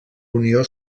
unió